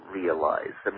realize